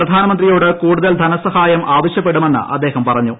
പ്രധാനമന്ത്രിയോട് കൂടുതൽ ധനസഹായം ആവശ്യപ്പെടുമെന്ന് അദ്ദേഹം പറഞ്ഞു